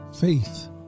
faith